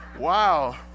Wow